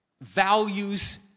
values